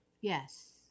yes